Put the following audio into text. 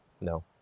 No